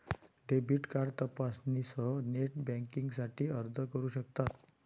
debit card तपशीलांसह net बँकिंगसाठी अर्ज करू शकतात